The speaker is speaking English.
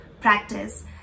practice